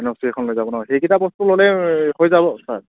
N O C এখন লাগিব ন সেইকেইটা বস্তু হ'লে হৈ যাব ছাৰ